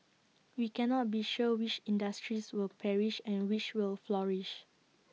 we cannot be sure which industries will perish and which will flourish